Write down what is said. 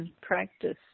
practice